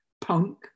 punk